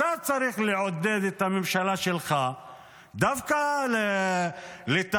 אתה צריך לעודד את הממשלה שלך דווקא לתכנן,